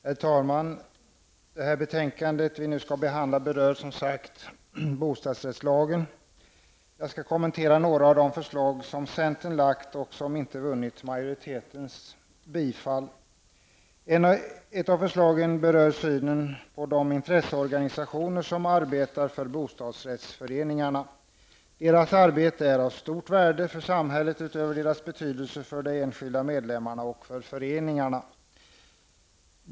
Herr talman! Det betänkande som vi nu skall behandla berör bostadsrättslagen. Jag skall kommentera några av de förslag som centern har lagt fram och som inte vunnit majoritetens bifall. Ett av förslagen berör synen på de intresseorganisationer som arbetar för bostadsrättsföreningarna. Deras arbete är av stort värde för samhället utöver deras betydelse för de enskilda medlemmarna och föreningarna.